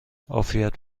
عافیت